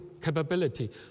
capability